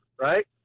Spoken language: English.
right